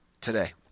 today